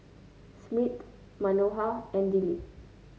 Smriti Manohar and Dilip